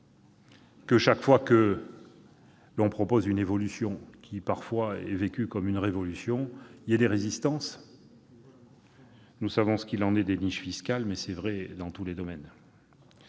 que, chaque fois que l'on propose une évolution qui, parfois, est vécue comme une révolution, des résistances se fassent jour. Nous savons ce qu'il en est pour les niches fiscales, mais c'est vrai dans tous les domaines.